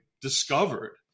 discovered